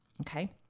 Okay